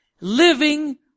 living